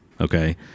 Okay